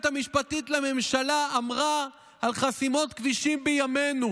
המשפטית לממשלה אמרה על חסימות כבישים בימינו.